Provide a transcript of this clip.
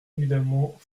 évidemment